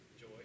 Joy